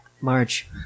March